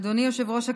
אדוני היושב-ראש,